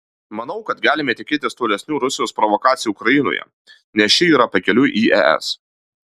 manau kad galime tikėtis tolesnių rusijos provokacijų ukrainoje nes ši yra pakeliui į es